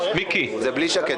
זה בלי שקד.